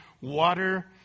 water